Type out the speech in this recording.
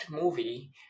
movie